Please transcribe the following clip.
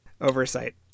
oversight